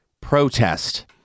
protest